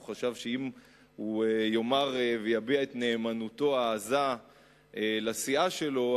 והוא חשב שאם הוא יביע את נאמנותו העזה לסיעה שלו,